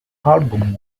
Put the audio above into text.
album